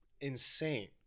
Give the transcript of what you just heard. insane